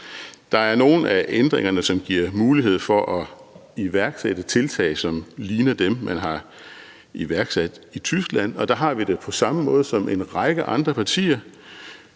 Der er nogle af ændringerne, som giver mulighed for at iværksætte tiltag, som ligner dem, man har iværksat i Tyskland. Der har vi det på samme måde som en række andre partier,